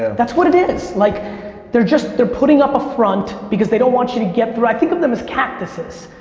that's what it is. like they're putting they're putting up a front, because they don't want you to get through. i think of them as cactuses.